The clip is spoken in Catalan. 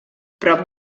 prop